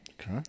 Okay